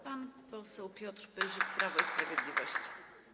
Pan poseł Piotr Pyzik, Prawo i Sprawiedliwość.